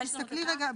תסתכלי רגע,